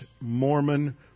Mormon